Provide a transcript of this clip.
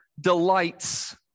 delights